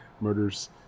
murders